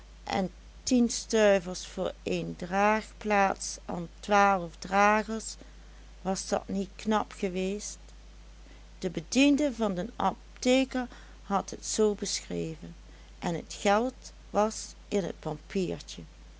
en tien stuivers voor een draagplaats an twaalf dragers was dat niet knap geweest de bediende van den apteker had het zoo beschreven het geld was in et pampiertje